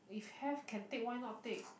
if have can take why not take